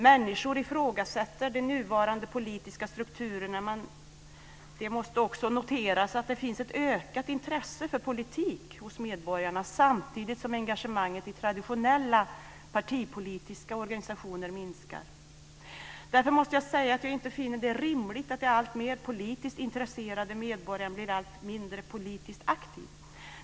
Människor ifrågasätter de nuvarande politiska strukturerna, men det måste också noteras att det finns ett ökat intresse för politik hos medborgarna, samtidigt som engagemanget i traditionella partipolitiska organisationer minskar. Därför finner jag det inte rimligt att de alltmer politiskt intresserade medborgarna blir allt mindre politiskt aktiva.